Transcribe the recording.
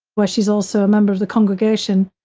where she's also a member of the congregation.